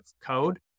code